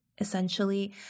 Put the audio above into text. Essentially